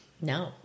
No